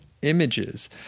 images